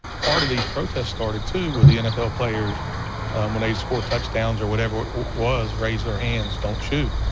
part of these protests started, too, with the nfl players when they scored touchdowns or whatever it was, raise their hands, don't shoot.